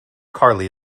carley